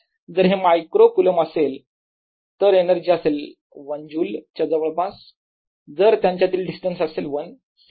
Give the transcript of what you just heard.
जर हे micro coulomb असेल तर एनर्जी असेल 1 ज्युल च्या जवळपास जर त्यांच्यातील डिस्टन्स असेल 1 सेंटीमीटर